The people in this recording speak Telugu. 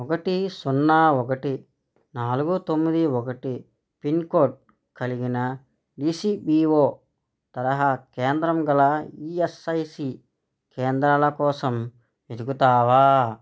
ఒకటి సున్నా ఒకటి నాలుగు తొమ్మిది ఒకటి పిన్కోడ్ కలిగిన ఈసిబిఓ తరహా కేంద్రం గల ఈఎస్ఐసి కేంద్రాల కోసం వెతుకుతావా